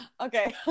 Okay